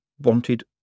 wanted